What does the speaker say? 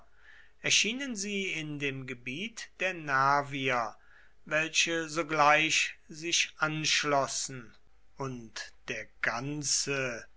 erschienen sie in dem gebiet der nervier welche sogleich sich anschlossen und der ganze